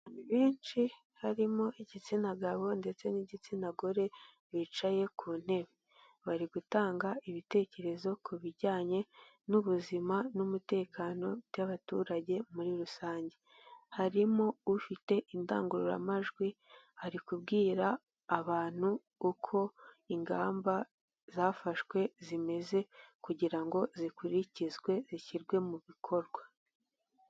Benshi harimo igitsina gabo ndetse n'igitsina gore bicaye ku ntebe, bari gutanga ibitekerezo ku bijyanye n'ubuzima n'umutekano by'abaturage muri rusange, harimo ufite indangururamajwi ari kubwira abantu uko ingamba zafashwe zimeze kugira ngo zikurikizwe zishyirwe mu bikorwa.